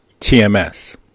TMS